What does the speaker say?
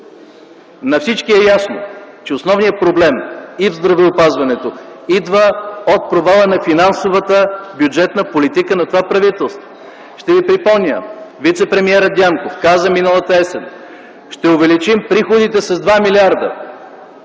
На всички е ясно, че основният проблем и в здравеопазването идва от провала на финансовата бюджетна политика на това правителство. Ще ви припомня. Вицепремиерът Дянков каза миналата есен: „Ще увеличим приходите с 2 милиарда.”